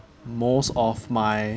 most of my